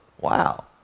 Wow